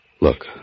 Look